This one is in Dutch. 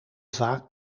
vaak